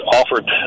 offered